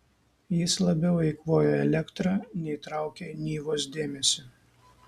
jis labiau eikvojo elektrą nei traukė nivos dėmesį